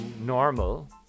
normal